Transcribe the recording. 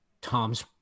Tom's